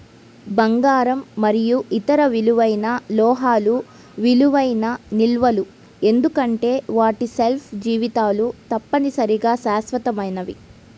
బంగారం మరియు ఇతర విలువైన లోహాలు విలువైన నిల్వలు ఎందుకంటే వాటి షెల్ఫ్ జీవితాలు తప్పనిసరిగా శాశ్వతమైనవి